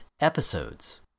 episodes